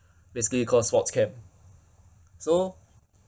basically called sports camp so